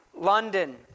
London